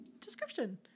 description